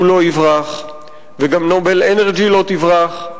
הוא לא יברח, וגם "נובל אנרג'י" לא תברח,